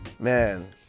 Man